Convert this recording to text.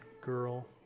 girl